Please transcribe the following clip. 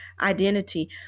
identity